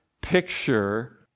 picture